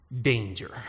danger